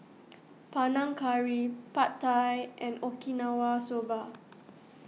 Panang Curry Pad Thai and Okinawa Soba